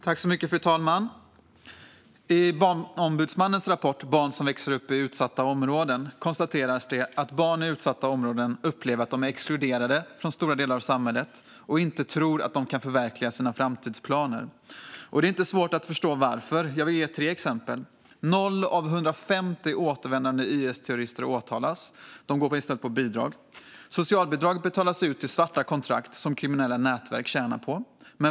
Fru talman! I Barnombudsmannens rapport om barn som växer upp i utsatta områden konstateras det att barn i utsatta områden upplever att de är exkluderade från stora delar av samhället och att de inte tror att de kan förverkliga sina framtidsplaner. Det är inte svårt att förstå varför. Jag vill ge tre exempel: Av 150 återvändande IS-terrorister har ingen åtalats; de går i stället på bidrag. Socialbidraget betalas ut till svarta kontrakt som kriminella nätverk tjänar på.